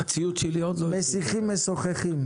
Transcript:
הציוץ שלי עוד לא --- משיחים ומשוחחים.